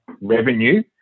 revenue